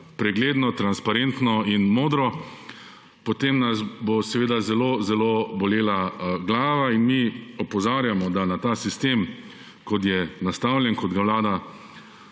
pregledno, transparentno in modro, potem nas bo seveda zelo zelo bolela glava. Mi opozarjamo, da ta sistem, kot je nastavljen, kot ga Vlada